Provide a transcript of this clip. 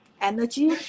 energy